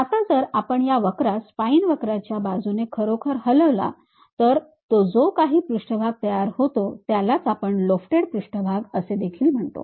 आता जर आपण या वक्रास स्पाईन वक्राच्या बाजूने खरोखर हलवला तर जो काही पृष्ठभाग तयार होतो त्यालाच आपण लोफ्टेड पृष्ठभाग असे देखील म्हणतो